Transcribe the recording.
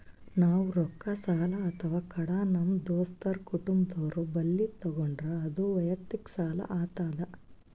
ನಾವ್ ರೊಕ್ಕ ಸಾಲ ಅಥವಾ ಕಡ ನಮ್ ದೋಸ್ತರು ಕುಟುಂಬದವ್ರು ಬಲ್ಲಿ ತಗೊಂಡ್ರ ಅದು ವಯಕ್ತಿಕ್ ಸಾಲ ಆತದ್